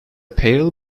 pale